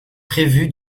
prévue